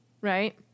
Right